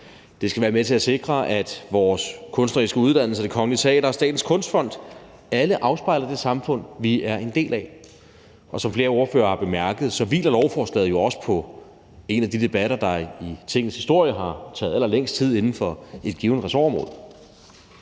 Det skal være med til at sikre, at vores kunstneriske uddannelser, Det Kongelige Teater og Statens Kunstfond alle afspejler det samfund, vi er en del af, og som flere ordførere har bemærket, hviler lovforslaget jo også på en af de debatter, der i Tingets historie har taget allerlængst tid inden for et givent ressortområde.